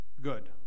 Good